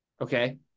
okay